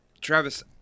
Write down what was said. Travis